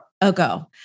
ago